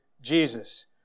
Jesus